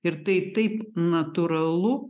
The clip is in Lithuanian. ir tai taip natūralu